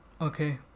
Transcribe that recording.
Okay